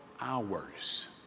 hours